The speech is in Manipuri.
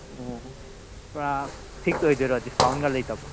ꯑꯣ ꯄꯨꯔꯥ ꯐꯤꯛꯁ ꯑꯣꯏꯗꯣꯏꯔꯣ ꯗꯤꯁꯀꯥꯎꯟꯒ ꯂꯩꯇꯕ꯭ꯔꯣ